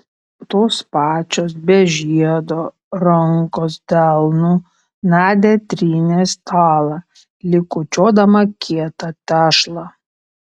tos pačios be žiedo rankos delnu nadia trynė stalą lyg kočiodama kietą tešlą